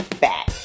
back